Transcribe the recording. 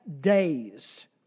days